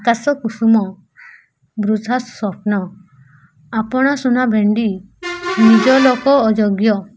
ଆକାଶ କୁସୁମ ବୃଥା ସ୍ୱପ୍ନ ଆପଣା ସୁନା ଭେଣ୍ଡି ନିଜ ଲୋକ ଅଯୋଗ୍ୟ